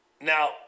Now